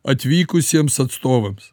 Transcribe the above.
atvykusiems atstovams